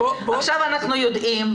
עכשיו אנחנו יודעים.